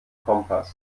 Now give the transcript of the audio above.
kompass